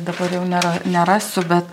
dabar jau nera nerasiu be